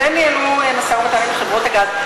וניהלו משא-ומתן עם חברות הגז,